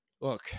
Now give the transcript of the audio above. Look